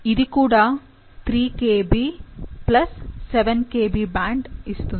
ఇది కూడా 3 Kb plus 7 Kb band ఇస్తుంది